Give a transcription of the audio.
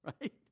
Right